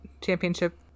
Championship